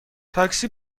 تاکسی